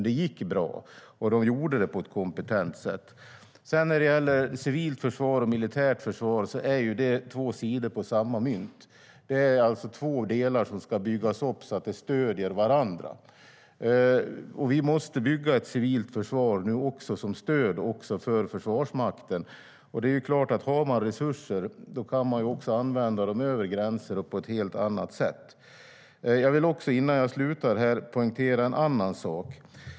Det gick bra, och man gjorde det på ett kompetent sätt. Jag vill också poängtera en annan sak.